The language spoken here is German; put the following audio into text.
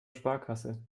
sparkasse